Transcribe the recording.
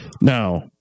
Now